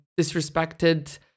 disrespected